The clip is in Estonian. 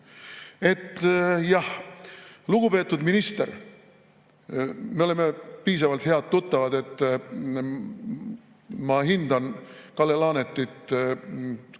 vedada. Lugupeetud minister, me oleme piisavalt head tuttavad. Ma hindan Kalle Laanetit kui